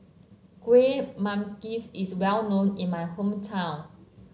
Kueh Manggis is well known in my hometown